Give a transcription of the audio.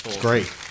great